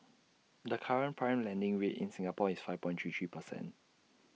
the current prime lending rate in Singapore is five point three three percent